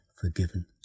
forgiven